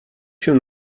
się